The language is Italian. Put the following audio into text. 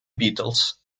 beatles